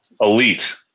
elite